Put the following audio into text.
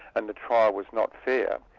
and the trial was not fair.